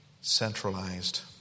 centralized